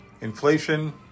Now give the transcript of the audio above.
inflation